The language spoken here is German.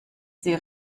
sie